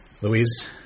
Louise